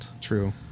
True